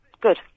good